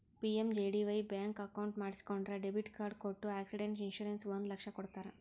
PMJDY bank account ಮಾಡಿಸಿಕೊಂಡ್ರ debit card ಕೊಟ್ಟು accident insurance ಒಂದ್ ಲಕ್ಷ ಕೊಡ್ತಾರ್